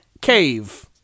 cave